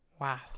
Wow